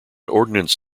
ordnance